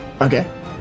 Okay